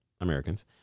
Americans